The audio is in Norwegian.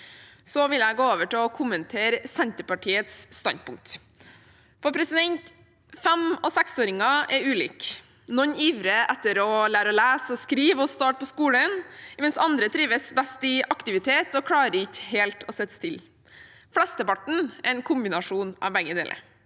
Så vil jeg gå over til å kommentere Senterpartiets standpunkter. Fem- og seksåringer er ulike. Noen ivrer etter å lære å lese og skrive og starte på skolen, mens andre trives best i aktivitet og klarer ikke helt å sitte stille. Flesteparten er en kombinasjon av begge deler.